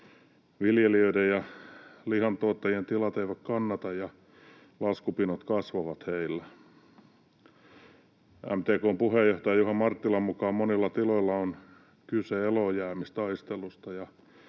viljelijöiden ja lihantuottajien tilat eivät kannata ja laskupinot kasvavat heillä. MTK:n puheenjohtaja Juha Marttilan mukaan monilla tiloilla on kyse eloonjäämistaistelusta.